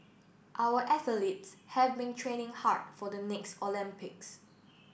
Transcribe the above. our athletes have been training hard for the next Olympics